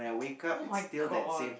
[oh]-my-god